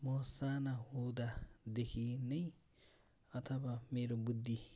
म साना हुँदादेखि नै अथवा मेरो बुद्धि